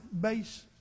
base